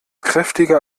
kräftiger